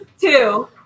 Two